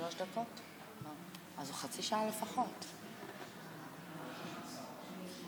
שמאפשרת לטרור להשתולל ברחובות צריכה להיות מוחלפת באופן מיידי.